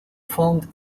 found